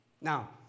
Now